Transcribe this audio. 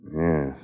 Yes